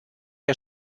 der